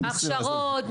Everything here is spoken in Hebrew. הכשרות?